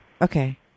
Okay